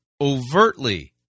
overtly